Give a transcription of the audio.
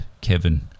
Kevin